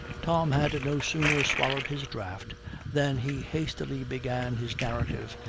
tom had no sooner swallowed his draught than he hastily began his narrative,